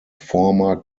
former